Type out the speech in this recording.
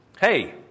hey